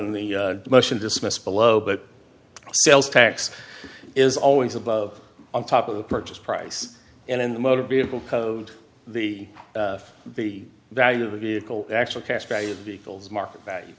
in the motion dismissed below but sales tax is always above on top of the purchase price and in the motor vehicle code the the value of the vehicle actual cash value vehicles market value